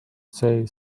say